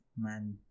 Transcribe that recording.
man